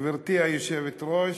אחמד, בסוף תחזור בתשובה.